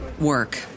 Work